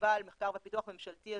וחשיבה על מחקר ופיתוח ממשלתי אזרחי,